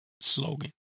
slogan